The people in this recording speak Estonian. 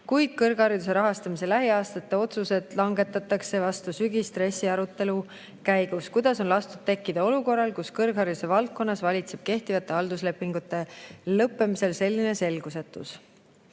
kuid kõrghariduse rahastamise lähiaastate otsused langetatakse vastu sügist RESi arutelu käigus. Kuidas on lastud tekkida olukorral, kus kõrghariduse valdkonnas valitseb kehtivate halduslepingute lõppemisel selline selgusetus?"